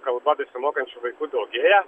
kalba besimokančių vaikų daugėja